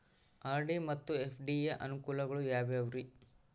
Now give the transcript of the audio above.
RD ಮತ್ತು FD ಯ ಅನುಕೂಲಗಳು ಯಾವ್ಯಾವುರಿ?